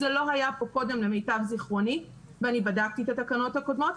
מה שלמיטב זיכרוני זה לא היה כאן קודם ואני בדקתי את התקנות הקודמות.